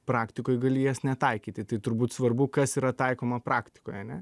praktikoj gali jas netaikyti tai turbūt svarbu kas yra taikoma praktikoj ane